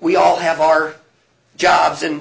we all have our jobs and